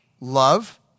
love